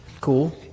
Cool